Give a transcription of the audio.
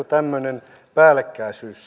tämmöinen päällekkäisyys